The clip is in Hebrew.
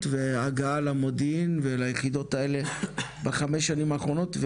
וההגעה למודיעין וליחידות האלה בחמש השנים האחרונות,